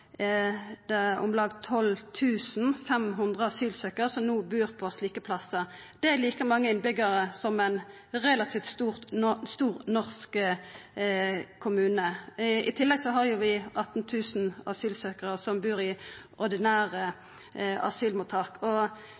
om lag 12 500 asylsøkjarar som no bur på slike plassar. Det er like mange innbyggjarar som i ein relativt stor norsk kommune. I tillegg har vi 18 000 asylsøkjarar som bur i ordinære asylmottak.